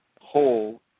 whole